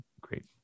great